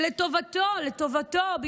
שלטובתו,